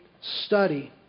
study